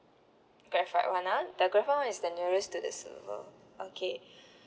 graphite [one] ah the graphite [one] is the nearest to the silver okay